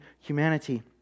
humanity